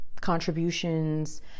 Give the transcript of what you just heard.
contributions